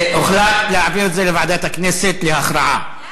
הוחלט להעביר את זה לוועדת הכנסת להכרעה.